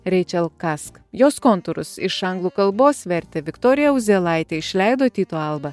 reičel kask jos kontūrus iš anglų kalbos vertė viktorija uzėlaitė išleido tyto alba